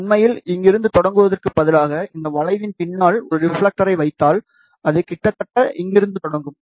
உண்மையில் இங்கிருந்து தொடங்குவதற்குப் பதிலாக இந்த வளைவின் பின்னால் ஒரு ரிப்ஃலெக்டர் ரை வைத்தால் அது கிட்டத்தட்ட இங்கிருந்து தொடங்கும்